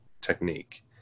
technique